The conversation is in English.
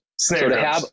snare